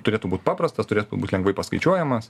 turėtų būt paprastas turėtų būt lengvai paskaičiuojamas